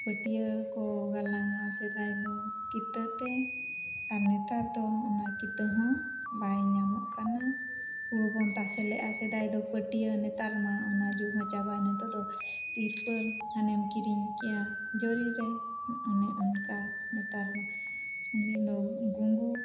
ᱯᱟᱹᱴᱤᱭᱟᱹ ᱠᱚ ᱜᱟᱞᱟᱝᱼᱟ ᱥᱮᱫᱟᱭ ᱫᱚ ᱠᱤᱛᱟᱹᱛᱮ ᱟᱨ ᱱᱮᱛᱟᱨ ᱫᱚ ᱚᱱᱟ ᱠᱤᱛᱟᱹᱦᱚᱸ ᱵᱟᱭ ᱧᱟᱢᱚᱜ ᱠᱟᱱᱟ ᱦᱩᱲᱩ ᱵᱚᱱ ᱛᱟᱥᱮ ᱞᱮᱫᱟ ᱥᱮᱫᱟᱭ ᱫᱚ ᱯᱟᱹᱴᱤᱭᱟᱹ ᱱᱮᱛᱟᱨᱢᱟ ᱚᱱᱟ ᱡᱩᱜᱽᱦᱚᱸ ᱪᱟᱵᱟᱭᱮᱱᱟ ᱱᱤᱛᱳᱜ ᱫᱚ ᱛᱤᱨᱯᱚᱞ ᱦᱟᱱᱮᱢ ᱠᱤᱨᱤᱧ ᱠᱮᱫᱟ ᱡᱚᱨᱤᱨᱮ ᱚᱱᱮ ᱚᱱᱠᱟ ᱱᱮᱛᱟᱨ ᱫᱚ ᱩᱱᱫᱤᱱ ᱫᱚ ᱜᱷᱩᱸᱜᱩ